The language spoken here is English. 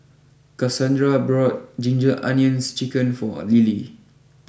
Kassandra bought Ginger Onions Chicken for Lily